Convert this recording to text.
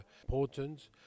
important